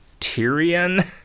Tyrion